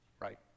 right